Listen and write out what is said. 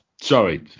sorry